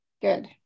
Good